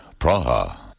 Praha